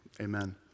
amen